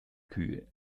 kühe